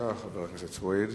בבקשה, חבר הכנסת סוייד.